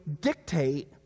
dictate